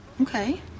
Okay